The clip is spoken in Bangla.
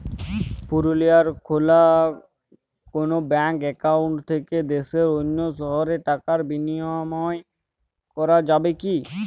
পুরুলিয়ায় খোলা কোনো ব্যাঙ্ক অ্যাকাউন্ট থেকে দেশের অন্য শহরে টাকার বিনিময় করা যাবে কি?